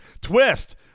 Twist